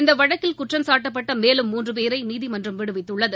இந்த வழக்கில் குற்றம்சாட்டப்பட்ட மேலும் மூன்று பேரை நீதிமன்றம் விடுவித்துள்ளது